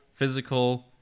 physical